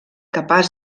capaç